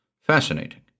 fascinating